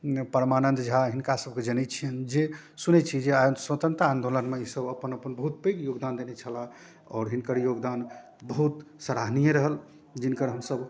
परमानन्द झा हिनकासबके जनै छिअनि जे सुनै छी जे स्वतन्त्रता आन्दोलनमे ईसब अपन अपन बहुत पैघ योगदान देने छलाह आओर हिनकर योगदान बहुत सराहनीय रहल जिनकर हमसब